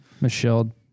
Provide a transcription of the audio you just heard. Michelle